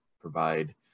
provide